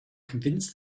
convince